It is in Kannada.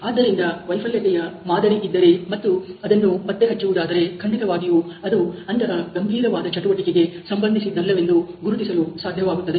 ಆದ್ದರಿಂದ ವೈಫಲ್ಯತೆಯ ಮಾದರಿ ಇದ್ದರೆ ಮತ್ತು ಅದನ್ನು ಪತ್ತೆ ಹಚ್ಚುವುದಾದರೆ ಖಂಡಿತವಾಗಿಯೂ ಅದು ಅಂತಹ ಗಂಭೀರವಾದ ಚಟುವಟಿಕೆಗೆ ಸಂಬಂಧಿಸಿದ್ದಲ್ಲವೆಂದು ಗುರುತಿಸಲು ಸಾಧ್ಯವಾಗುತ್ತದೆ